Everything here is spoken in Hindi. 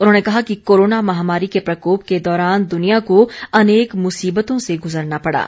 उन्होंने कहा कि कोरोना महामारी के प्रकोप के दौरान दुनिया को अनेक मुसीबतों से गुजरना पड़ा